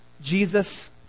Jesus